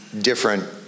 Different